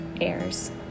airs